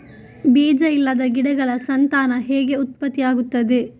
ಬೀಜ ಇಲ್ಲದ ಗಿಡಗಳ ಸಂತಾನ ಹೇಗೆ ಉತ್ಪತ್ತಿ ಆಗುತ್ತದೆ?